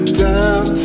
down